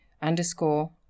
underscore